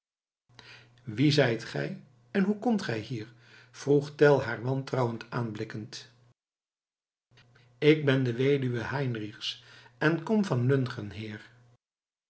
wie zijt gij en hoe komt gij hier vroeg tell haar wantrouwend aanblikkend ik ben de weduwe heinrichs en kom van lungern heer